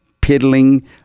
piddling